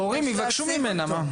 הורים יבקשו ממנה.